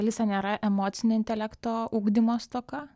alisa nėra emocinio intelekto ugdymo stoka